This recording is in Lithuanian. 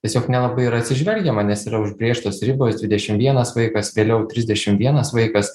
tiesiog nelabai yra atsižvelgiama nes yra užbrėžtos ribos dvidešim vienas vaikas vėliau trisdešim vienas vaikas